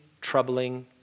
troubling